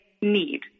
need